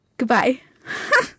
Goodbye